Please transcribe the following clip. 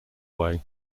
way